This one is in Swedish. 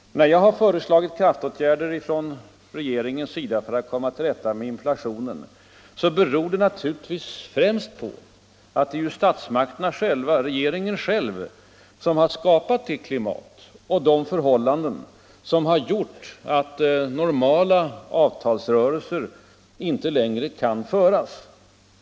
När jag har föreslagit kraftåtgärder från regeringens sida för att komma till rätta med inflationen beror det naturligtvis främst på att det är statsmakterna själva, regeringen själv, som har skapat det klimat och de förhållanden som gjort att normala avtalsrörelser inte längre kan föras.